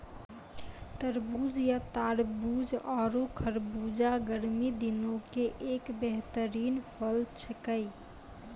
तरबूज या तारबूज आरो खरबूजा गर्मी दिनों के एक बेहतरीन फल छेकै